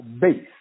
base